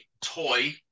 toy